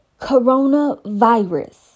coronavirus